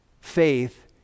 faith